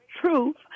truth